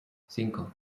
cinco